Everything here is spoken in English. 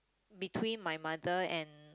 between my mother and